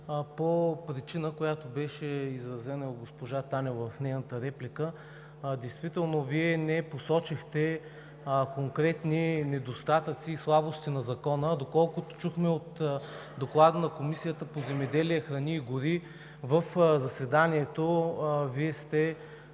по причина, която беше изразена и от госпожа Танева в нейната реплика. Действително Вие не посочихте конкретни недостатъци и слабости на Закона, а доколкото чухме от Доклада на Комисията по земеделие, храни и гори, в заседанието Вие сте